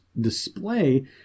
display